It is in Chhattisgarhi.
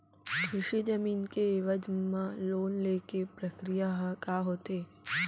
कृषि जमीन के एवज म लोन ले के प्रक्रिया ह का होथे?